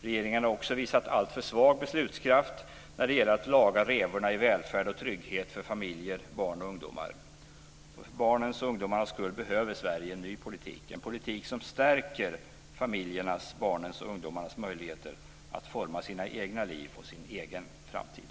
Regeringen har också visat alltför svag beslutskraft när det gäller att laga revorna i välfärd och trygghet för familjer, barn och ungdomar. För barnens och ungdomarnas skull behöver Sverige en ny politik, en politik som stärker familjernas, barnens och ungdomarnas möjligheter att forma sina egna liv och sin egen framtid.